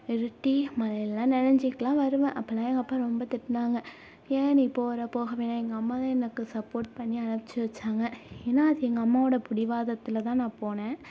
இருட்டி மழையில் எல்லாம் நனைஞ்சிட்டுலாம் வருவேன் அப்போல்லாம் எங்கள் அப்பா ரொம்ப திட்டினாங்க ஏன் நீ போகிற போக வேணாம் எங்கள் அம்மாதான் எனக்கு சப்போர்ட் பண்ணி அனுப்பிச்சி வச்சாங்க ஏன்னா அது எங்கள் அம்மாவோடய பிடிவாதத்துலதா நான் போனேன்